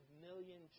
million